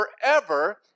forever